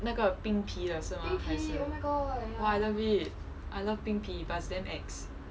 那个冰皮的是吗还是 !wah! I love it I love 冰皮 but is damn ex